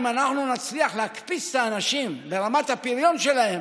אם אנחנו נצליח להקפיץ את האנשים ורמת הפריון שלהם,